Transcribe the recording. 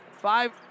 Five